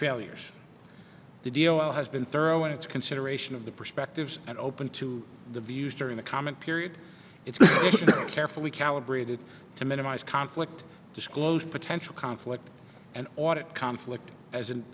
failures the deal has been thorough in its consideration of the perspectives and open to the views during the comment period it's carefully calibrated to minimize conflict disclosed potential conflict and audit conflict as an